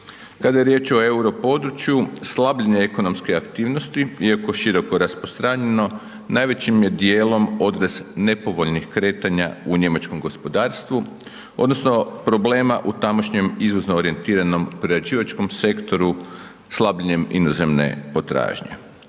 Kada je riječ o euro području slabljenje ekonomske aktivnosti iako široko rasprostranjeno najvećim je dijelom odraz nepovoljnih kretanja u njemačkom gospodarstvu odnosno problema u tamošnjem izvozno orijentiranom prerađivačkom sektoru slabljenjem inozemne potražnje.